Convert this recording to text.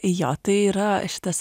jo tai yra šitas